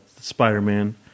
Spider-Man